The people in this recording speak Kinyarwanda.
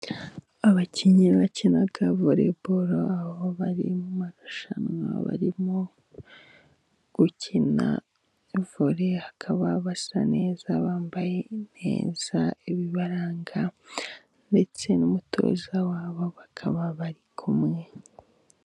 Abakinnyi bakina Voleboro, aho bari mu marushanwa, barimo gukina Vore, bakaba basa neza, bambaye neza ibibaranga, ndetse n'umutoza wabo bakaba bari kumwe.